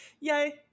Yay